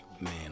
man